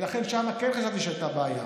ולכן שם כן חשבתי שהייתה בעיה.